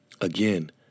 Again